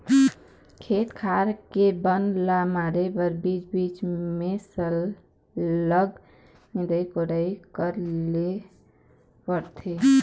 खेत खार के बन ल मारे बर बीच बीच म सरलग निंदई कोड़ई करे ल परथे